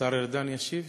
השר ארדן ישיב?